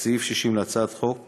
את סעיף 60 להצעת החוק הזו,